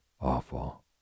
Awful